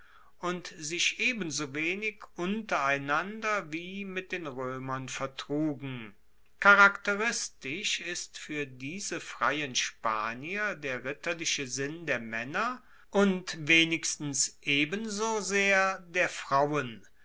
und sich ebensowenig untereinander wie mit den roemern vertrugen charakteristisch ist fuer diese freien spanier der ritterliche sinn der maenner und wenigstens ebenso sehr der frauen